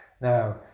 Now